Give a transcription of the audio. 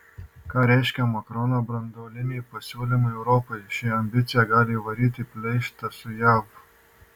ką reiškia makrono branduoliniai pasiūlymai europai ši ambicija gali įvaryti pleištą su jav